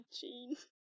jeans